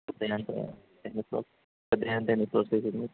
పెద్దవి అంటే ఎన్ని ఫ్లోర్స్ పెద్దవి అంటే ఎన్ని ఫ్లోర్స్ వేసారు మీరు